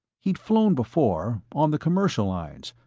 he'd flown before, on the commercial lines,